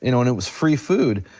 you know and it was free food,